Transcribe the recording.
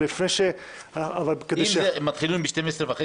אבל כדי --- אם היינו מתחילים ב-12:30,